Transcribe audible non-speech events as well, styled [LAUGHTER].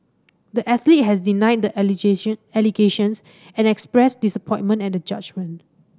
the athlete has denied the [UNINTELLIGIBLE] allegations and expressed disappointment at the judgment